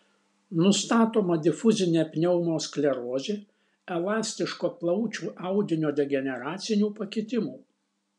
nustatoma difuzinė pneumosklerozė elastiško plaučių audinio degeneracinių pakitimų